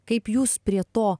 kaip jūs prie to